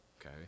Okay